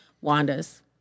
Wanda's